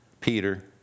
Peter